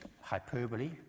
hyperbole